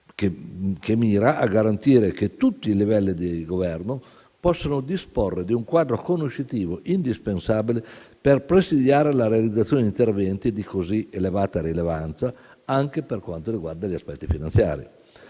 che mira a garantire che tutti i livelli di governo possano disporre di un quadro conoscitivo indispensabile per presidiare la realizzazione di interventi di così elevata rilevanza, anche per quanto riguarda gli aspetti finanziari.